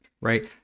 right